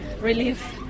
relief